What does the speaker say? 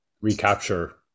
recapture